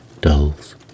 doll's